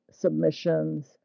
submissions